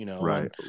Right